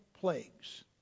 plagues